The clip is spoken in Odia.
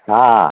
ହଁ